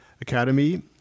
Academy